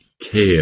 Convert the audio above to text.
care